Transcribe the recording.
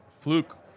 fluke